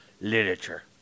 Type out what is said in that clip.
literature